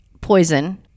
poison